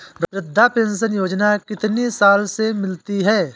वृद्धा पेंशन योजना कितनी साल से मिलती है?